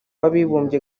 w’abibumbye